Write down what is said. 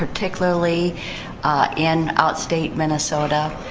particularly in out state minnesota.